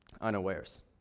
unawares